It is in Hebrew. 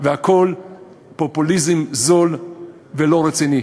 והכול פופוליזם זול ולא רציני.